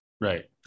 Right